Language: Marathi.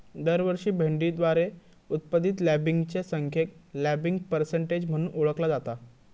दरवर्षी भेंडीद्वारे उत्पादित लँबिंगच्या संख्येक लँबिंग पर्सेंटेज म्हणून ओळखला जाता